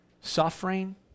Suffering